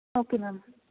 okay ma'am